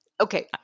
Okay